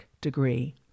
degree